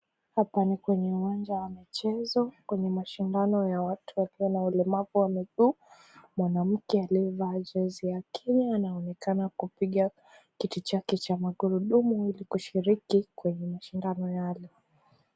Hapa ni kwenye uwanja wa michezo. Kwenye mashindano ya watu walio na ulemavu wa mguu. Mwanamke aliyevaa jezi ya kinya anaonekana kupiga kiti chake cha magurudumu ili kushiriki kwenye mashindano yale.